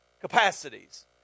capacities